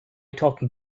talking